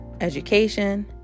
education